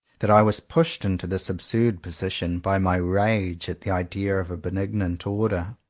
that i was pushed into this absurd position by my rage at the idea of a benignant order.